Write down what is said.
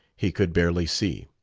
he could barely see.